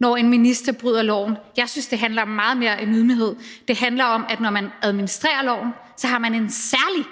når en minister bryder loven. Jeg synes, det handler om meget mere end ydmyghed. Det handler om, at når man administrerer loven, har man en særlig